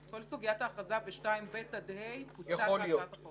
כל סוגיית ההכרזה ב-2(ב) עד 2(ה) פוצלה מהצעת החוק.